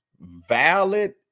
valid